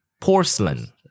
Porcelain